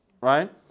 right